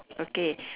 okay